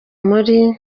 muri